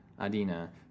Adina